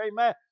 amen